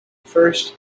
first